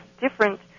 different